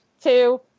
two